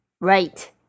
Right